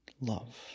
love